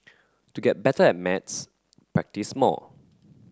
to get better at maths practise more